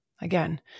Again